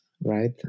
right